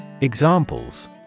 Examples